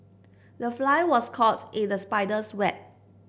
the fly was caught in the spider's web